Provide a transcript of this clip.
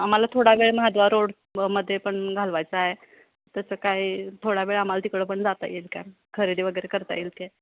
आम्हाला थोडा वेळ महाद्वार रोडमध्ये पण घालवायचा आहे तसं काय थोडा वेळ आम्हाला तिकडं पण जाता येईल काय खरेदी वगैरे करता येईल काय